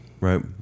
Right